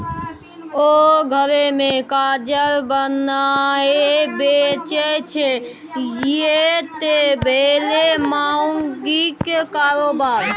ओ घरे मे काजर बनाकए बेचय छै यैह त भेलै माउगीक कारोबार